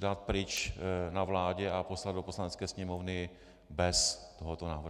dát pryč už na vládě a poslat do Poslanecké sněmovny bez tohoto návrhu.